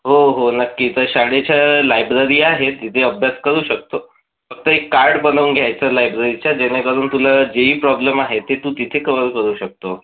हो हो नक्की तर शाळेच्या लायब्ररी आहे तिथे अभ्यास करू शकतो फक्त एक कार्ड बनवून घ्यायचं लायब्ररीच्या जेणेकरून तुला जेही प्रॉब्लेम आहे तू तिथे कवर करू शकतो